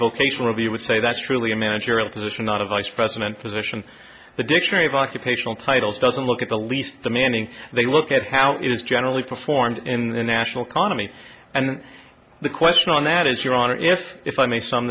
vocational you would say that's really a managerial position not a vice president position the dictionary of occupational titles doesn't look at the least demanding they look at how it is generally performed in the national cami and the question on that is your honor if if i may s